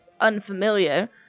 unfamiliar